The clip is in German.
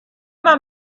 man